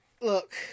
Look